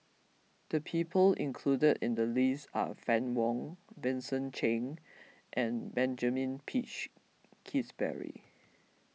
the people included in the list are Fann Wong Vincent Cheng and Benjamin Peach Keasberry